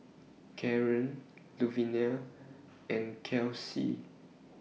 Kaaren Luvinia and Kelcie